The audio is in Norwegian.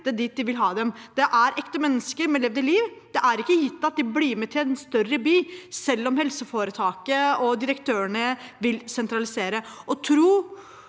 flytte dit de vil ha dem. Det er ekte mennesker med levde liv. Det er ikke gitt at de blir med til en større by, selv om helseforetaket og direktørene vil sentralisere.